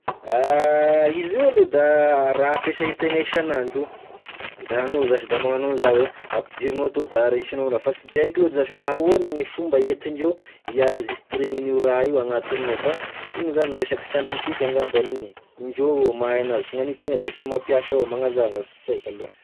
Izy io aloha da raha ampiasaitegna isanandro io, da anao zasy da magnano an'izà oe ampidirinao toa da raisinao raha fa sy de haiko lôtry zase ahoana gne fomba hentindreo hiarezistrena an'io raha ioagnatiny gn'ao fa igny zany resaky siantifika ngambany igny e, indreo avao mahay anazy fa gn'an'ny tegna defa e mampiasa avao fa magnazava da sy haiko aloha.